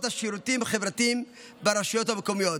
השירותים החברתיים ברשויות המקומיות.